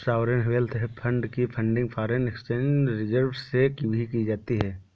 sovereign wealth fund की funding foreign exchange reserves से भी की जाती है